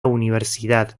universidad